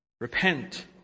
Repent